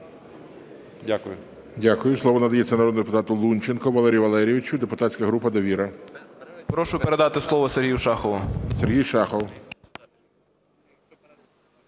Дякую.